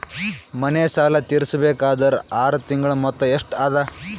ಮನೆ ಸಾಲ ತೀರಸಬೇಕಾದರ್ ಆರ ತಿಂಗಳ ಮೊತ್ತ ಎಷ್ಟ ಅದ?